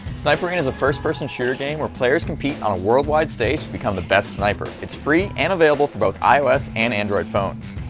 sniper arena is a first person shooter game, where players compete on worldwide stage to become the best sniper! it's free and available for both ios and android phones!